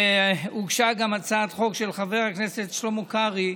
הוגשה גם הצעת חוק של חבר הכנסת שלמה קרעי,